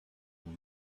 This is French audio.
loin